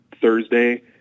Thursday